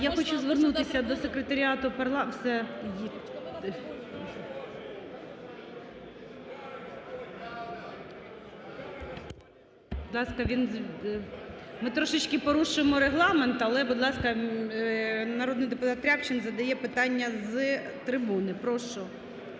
Я хочу звернутися до секретаріату. Ми трішечки порушимо регламент, але, будь ласка, народний депутат Рябчин задає питання з трибуни, прошу.